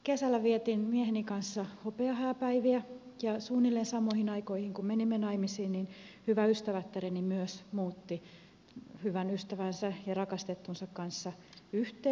kesällä vietin mieheni kanssa hopeahääpäivää ja suunnilleen samoihin aikoihin kuin menimme naimisiin hyvä ystävättäreni muutti hyvän ystävänsä ja rakastettunsa kanssa yhteen